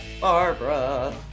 Barbara